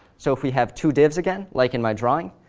so if we have two divs, again, like in my drawing,